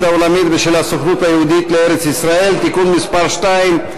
העולמית ושל הסוכנות היהודית לארץ-ישראל (תיקון מס' 2),